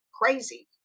crazy